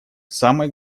самой